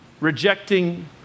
Rejecting